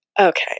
okay